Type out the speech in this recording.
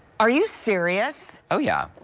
are you serious oh yeah.